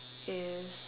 is